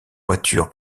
voiture